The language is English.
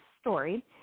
story